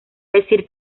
decir